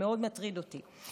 שמאוד מטריד אותי.